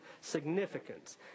significance